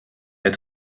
est